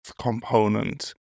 component